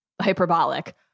hyperbolic